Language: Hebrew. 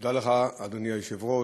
תודה לך, אדוני היושב-ראש,